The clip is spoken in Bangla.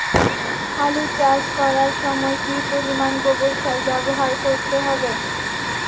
আলু চাষ করার সময় কি পরিমাণ গোবর সার ব্যবহার করতে হবে?